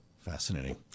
Fascinating